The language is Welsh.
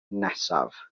nesaf